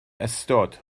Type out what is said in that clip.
ystod